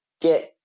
get